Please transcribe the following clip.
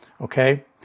okay